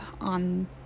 on